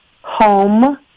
home